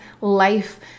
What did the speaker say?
life